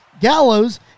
Gallows